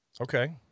Okay